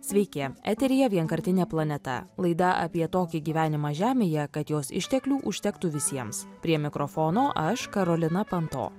sveiki eteryje vienkartinė planeta laida apie tokį gyvenimą žemėje kad jos išteklių užtektų visiems prie mikrofono aš karolina panto